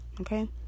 Okay